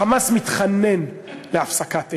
"חמאס" מתחנן להפסקת אש.